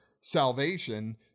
salvation